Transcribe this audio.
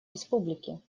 республики